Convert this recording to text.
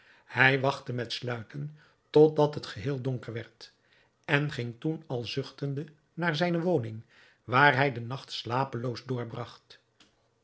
hij wachtte met sluiten totdat het geheel donker werd en ging toen al zuchtende naar zijne woning waar hij den nacht slapeloos